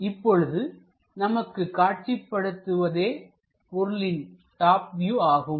இப்பொழுது நமக்கு காட்சிப்படுவதே பொருளின் டாப் வியூ ஆகும்